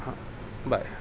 ہاں بائے